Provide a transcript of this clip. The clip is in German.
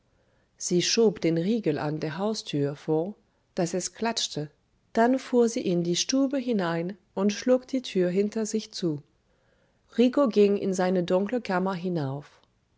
sie schob den riegel an der haustür vor daß es klatschte dann fuhr sie in die stube hinein und schlug die tür hinter sich zu rico ging in seine dunkle kammer hinauf